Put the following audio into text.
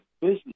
business